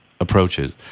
approaches